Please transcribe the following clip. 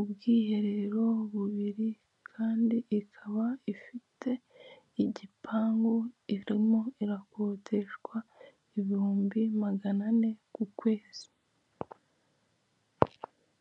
ubwiherero bubiri kandi ikaba ifite igipangu, irimo irakodeshwa ibihumbi magana ane ku kwezi.